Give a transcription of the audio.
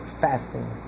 Fasting